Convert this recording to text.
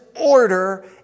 order